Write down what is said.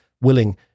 willing